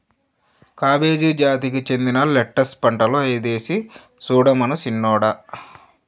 cabbage జాతికి చెందిన lettuce పంటలు ఐదేసి సూడమను సిన్నోడా